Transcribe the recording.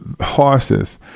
horses